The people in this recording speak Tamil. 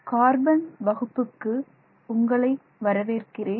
கார்பன் வகுப்புக்கு உங்களை வரவேற்கிறேன்